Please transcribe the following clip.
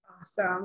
Awesome